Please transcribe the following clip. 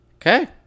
Okay